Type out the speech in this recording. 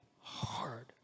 hard